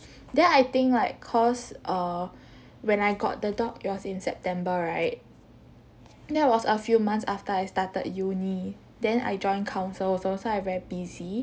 then I think like cause err when I got the dog it was in september right that was a few months after I started uni then I join council also so I very busy